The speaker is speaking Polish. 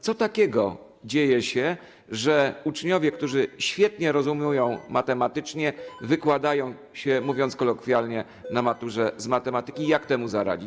Co takiego się dzieje, że uczniowie, którzy świetnie rozumują matematycznie, wykładają się, mówiąc kolokwialnie, na maturze z matematyki i jak temu zaradzić?